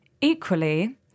equally